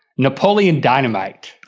napoleon dynamite.